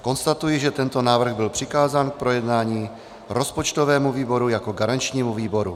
Konstatuji, že tento návrh byl přikázán k projednání rozpočtovému výboru jako garančnímu výboru.